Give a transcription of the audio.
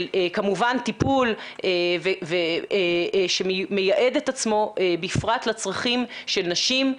של כמובן טיפול שמייעד את עצמו בפרט לצרכים של נשים,